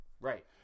Right